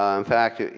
um fact, yeah